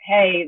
Hey